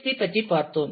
B பற்றி பார்த்தோம்